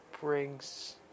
brings